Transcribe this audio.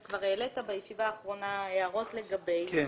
אתה העלית בישיבה האחרונה הערות לגבי זה.